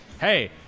Hey